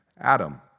Adam